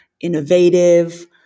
innovative